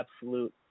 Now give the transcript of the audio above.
absolute